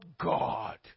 God